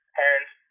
parents